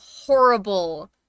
horrible